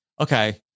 Okay